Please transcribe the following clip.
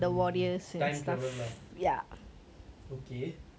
mm time travel lah okay